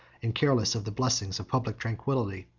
and careless of the blessings of public tranquillity.